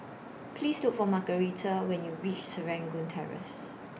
Please Look For Margarita when YOU REACH Serangoon Terrace